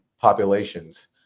populations